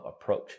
approach